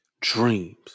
Dreams